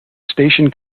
station